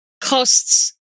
costs